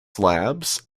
slabs